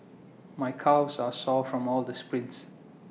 my calves are sore from all the sprints